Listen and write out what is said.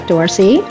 Dorsey